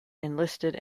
enlisted